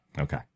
Okay